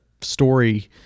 story